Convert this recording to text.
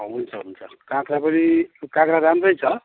हुन्छ हुन्छ काँक्रा पनि काँक्रा राम्रै छ